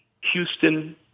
Houston